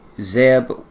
Zeb